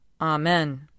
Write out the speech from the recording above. Amen